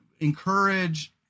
encourage